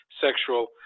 sexual